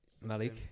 Malik